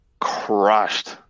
crushed